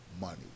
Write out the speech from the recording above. money